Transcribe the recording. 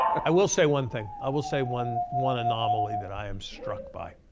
i will say one thing. i will say one one anomaly that i am struck by.